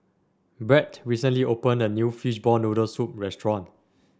Brett recently opened a new Fishball Noodle Soup restaurant